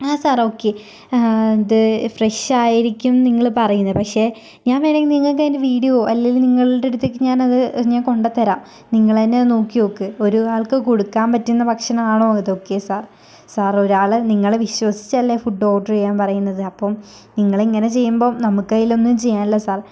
ആ sir okay ത് fresh ആയിരിക്കും നിങ്ങള് പറയുന്നത് പക്ഷെ ഞാൻ വേണമെങ്കിൽ നിങ്ങൾക്കതിൻ്റെ വീഡിയോ അല്ലേല് നിങ്ങളുടെ അടുത്തേക്ക് ഞാനത് ഞാൻ കൊണ്ടെത്തരാം നിങ്ങള് തന്നെ നോക്കി നോക്ക് ഒരു ആൾക്ക് കൊടുക്കാൻ പറ്റുന്ന ഭക്ഷണാണോ ഇതൊക്കെ സാർ സാറ് ഒരാള് നിങ്ങളെ വിശ്വസിച്ചല്ലേ ഫുഡ് ഓർഡറ് ചെയ്യാൻ പറയുന്നത് അപ്പം നിങ്ങളിങ്ങനെ ചെയ്യുമ്പം നമ്മുക്കതിലൊന്നും ചെയ്യാനില്ല സാർ